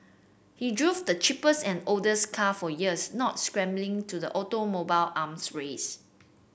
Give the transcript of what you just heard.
he drove the cheapest and oldest car for years not succumbing to the automobile arms race